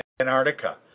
Antarctica